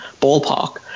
ballpark